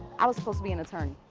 i was supposed to be an attorney.